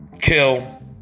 Kill